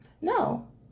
No